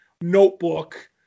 notebook